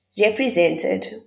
represented